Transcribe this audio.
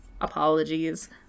apologies